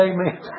amen